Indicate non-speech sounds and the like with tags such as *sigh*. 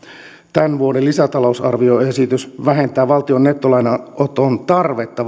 tämän vuoden lisätalousarvioesitys vähentää valtion nettolainanoton tarvetta *unintelligible*